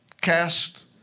cast